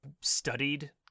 studied